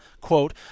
quote